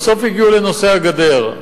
בסוף הגיעו לנושא הגדר,